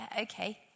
okay